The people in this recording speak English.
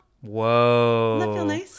Whoa